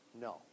No